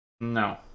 No